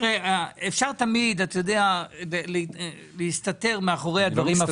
תראה, אפשר תמיד להסתתר מאחורי הדברים.